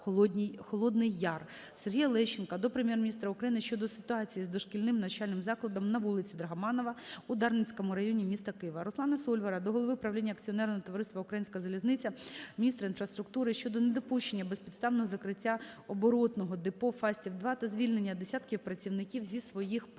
Сергія Лещенка до Прем'єр-міністра України щодо ситуації із дошкільним навчальним закладом по вулиці Драгоманова 1-В у Дарницькому районі міста Києва. Руслана Сольвара до голови правління акціонерного товариства "Українська залізниця", міністра інфраструктури щодо недопущення безпідставного закриття оборотного депо Фастів-2 та звільнення десятків працівників зі своїх посад.